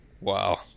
Wow